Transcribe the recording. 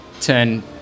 turn